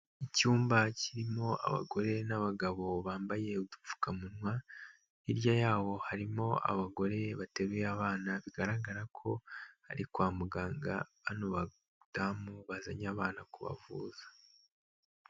Icyumba kirimo abagore n'abagabo bambaye udupfukamunwa, hirya yabo harimo abagore bateruye abana bigaragara ko bari kwa muganga, bano badamu bazanye abana kubavuza.